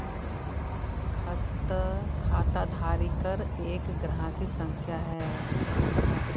खाताधारकेर एक ग्राहक संख्या ह छ